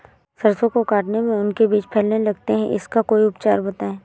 सरसो को काटने में उनके बीज फैलने लगते हैं इसका कोई उपचार बताएं?